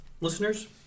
listeners